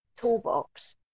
toolbox